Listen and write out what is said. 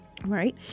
Right